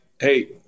hey